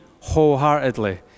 wholeheartedly